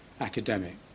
academic